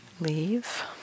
leave